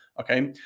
okay